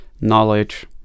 knowledge